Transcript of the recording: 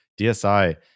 DSI